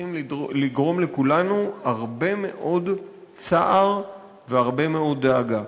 שצריכים לגרום לכולנו הרבה מאוד צער והרבה מאוד דאגה.